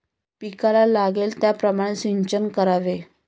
पिकाला लागेल त्याप्रमाणे सिंचन करावे